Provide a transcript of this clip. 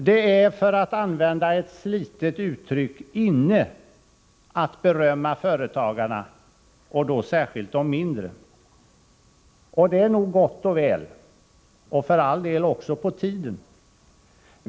Det är — för att använda ett slitet uttryck — inne att berömma företagarna och då särskilt de mindre. Det är nog gott och väl — och för all del också på tiden.